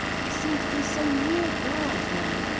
i seem to be so near god, now,